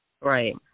Right